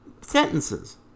sentences